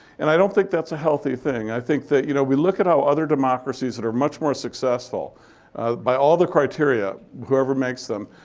and i don't think that's a healthy thing. i think that you know we look at how other democracies that are much more successful by all the criteria, whoever makes them,